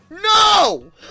No